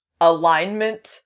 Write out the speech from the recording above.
alignment